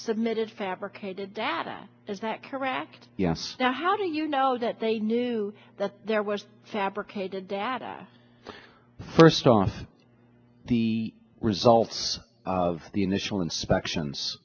submitted fabricated data is that correct yes now how do you know that they knew that there was fabricated data first on the results of the initial inspections